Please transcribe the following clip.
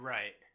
Right